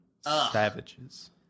savages